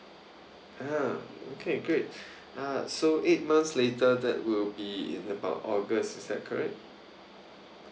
ah okay great uh so eight months later that will be about august is that correct